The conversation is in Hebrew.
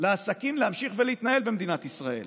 לעסקים להמשיך ולהתנהל במדינת ישראל.